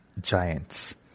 giants